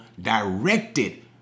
directed